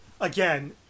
Again